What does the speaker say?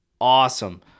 awesome